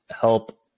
help